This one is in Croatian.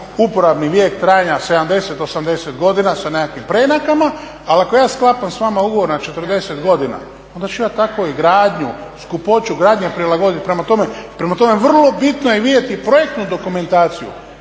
uporabni vijek trajanja 70-80 godina sa nekakvim preinakama, ali ako ja sklapam s vama ugovor na 40 godina onda ću ja tako i gradnju, skupoću gradnje prilagodit. Prema tome, vrlo bitno je vidjeti projektnu dokumentaciju,